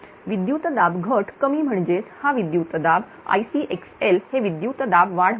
विद्युत दाब घट कमी म्हणजेच हा विद्युत दाब Icxl हेविद्युत दाब वाढ बरोबर